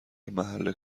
محل